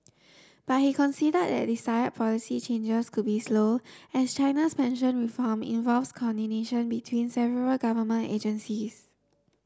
but he conceded that desire policy changes could be slow as China's pension reform involves coordination between several government agencies